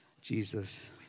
Jesus